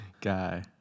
guy